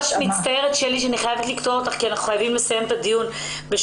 המשטרה דיווחה במרץ על עלייה של 61% בתלונות על עבירות מין